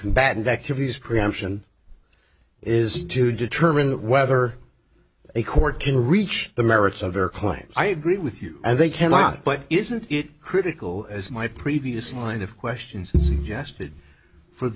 combatant activities preemption is to determine whether a court can reach the merits of their claims i agree with you and they cannot but isn't it critical as my previous line of questions suggested for